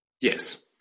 Yes